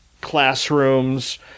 classrooms